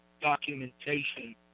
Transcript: documentation